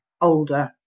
older